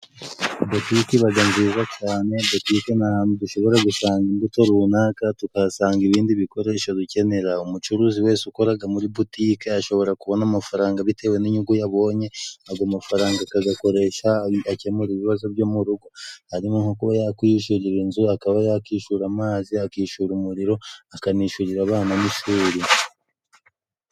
Butike iba nziza cyane, butike ni ahantu dushobora gusanga imbuto runaka, tukahasanga ibindi bikoresho dukenera. Umucuruzi wese ukora muri butike ashobora kubona amafaranga bitewe n'inyungu yabonye, ayo mafaranga akayakoresha akemura ibibazo byo murugo, harimo nko kuba yakwishyurira inzu, akaba yakwishyura amazi, akishyura umuriro, akanishyurira abana n'ishuri.